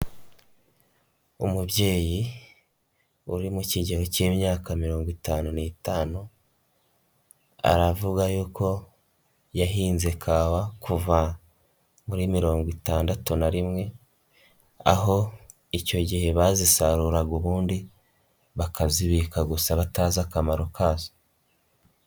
Umubyeyi uri mu kigero k'imyaka mirongo itanu n'itanu, aravuga yuko yahinze kawa kuva muri mirongo itandatu na rimwe, aho icyo gihe bazisaruraga ubundi bakazibika gusa batazi akamaro kazo.